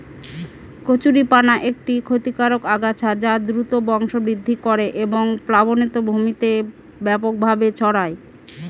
কচুরিপানা একটি ক্ষতিকারক আগাছা যা দ্রুত বংশবৃদ্ধি করে এবং প্লাবনভূমিতে ব্যাপকভাবে ছড়ায়